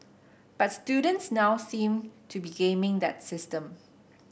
but students now seem to be gaming that system